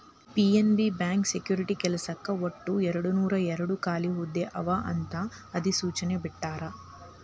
PNB bank security ಕೆಲ್ಸಕ್ಕ ಒಟ್ಟು ಎರಡನೂರಾಯೇರಡ್ ಖಾಲಿ ಹುದ್ದೆ ಅವ ಅಂತ ಅಧಿಸೂಚನೆ ಬಿಟ್ಟಾರ